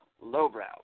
lowbrow